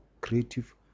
Creative